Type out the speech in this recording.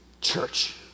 church